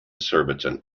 surbiton